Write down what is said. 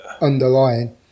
underlying